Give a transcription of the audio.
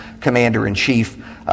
commander-in-chief